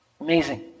Amazing